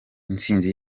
intsinzi